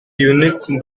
unique